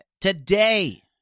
Today